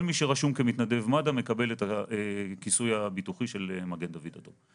כל מי שרשום כמתנדב מד"א מקבל את הכיסוי הביטוחי של מגן דוד אדום.